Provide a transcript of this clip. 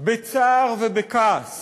בצער ובכעס